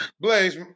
Blaze